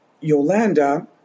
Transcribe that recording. Yolanda